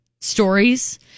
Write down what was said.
stories